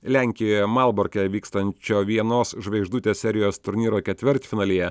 lenkijoje malborke vykstančio vienos žvaigždutės serijos turnyro ketvirtfinalyje